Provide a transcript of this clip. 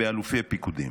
באלופים, באלופי הפיקודים.